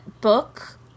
book